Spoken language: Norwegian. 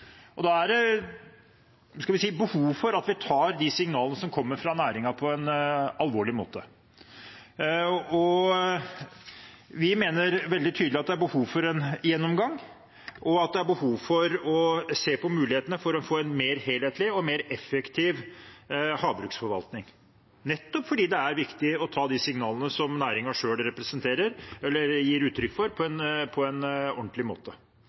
Da er det behov for at vi tar de signalene som kommer fra næringen, på en alvorlig måte. Vi mener veldig tydelig at det er behov for en gjennomgang, og at det er behov for å se på mulighetene for å få en mer helhetlig og en mer effektiv havbruksforvaltning – nettopp fordi det er viktig å ta de signalene som næringen selv gir, på en ordentlig måte og sørge for